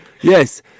Yes